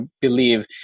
believe